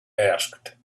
asked